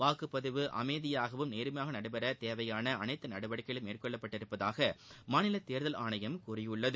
வாக்குப்பதிவு அமைதியாகவும் நேர்மையாகவும் நடைபெற தேவையான அனைத்து நடவடிக்கைகளும் மேற்கொள்ளப்பட்டிருப்பதாக மாநில தேர்தல் ஆணையம் கூறியுள்ளது